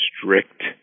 strict